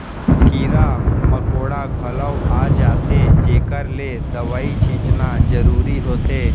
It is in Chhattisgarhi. कीरा मकोड़ा घलौ आ जाथें जेकर ले दवई छींचना जरूरी होथे